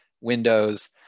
windows